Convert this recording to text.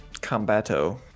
Combato